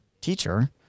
teacher